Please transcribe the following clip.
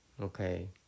Okay